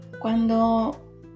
cuando